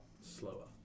slower